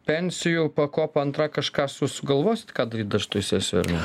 pensijų pakopa antra kažką su sugalvosit ką daryt dar šitoj sesijoj ar ne